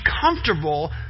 comfortable